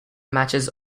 matches